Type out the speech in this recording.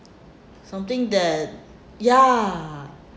something that ya